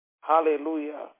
Hallelujah